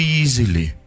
easily